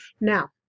Now